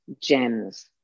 gems